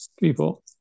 people